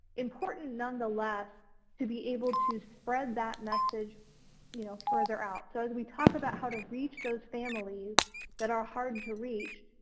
important nonetheless to be able to spread that message you know further out. so as we talk about how to reach those families that are hard to reach,